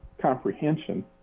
comprehension